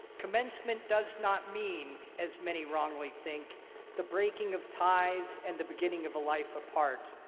commencement does not mean as many wrongly think the breaking of ties and the beginning of a life apart,